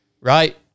right